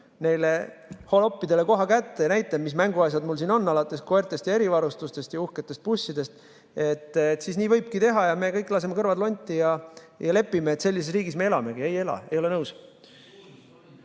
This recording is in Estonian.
neile holoppidele koha kätte ja näitan, mis mänguasjad mul siin on, alates koertest, erivarustusest ja uhketest bussidest, siis nii võibki teha. Me kõik laseme kõrvad lonti ja lepime, et sellises riigis me elamegi. Ei ela. Ei ole nõus.